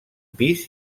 pis